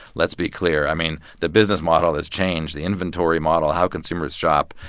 let's be clear. i mean, the business model has changed the inventory model, how consumers shop.